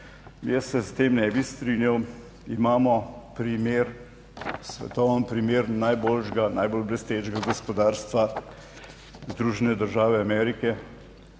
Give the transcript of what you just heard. Jaz se s tem ne bi strinjal. Imamo primer, svetovni primer, najboljšega, najbolj blestečega gospodarstva, Združene države Amerike.